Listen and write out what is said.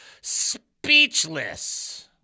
speechless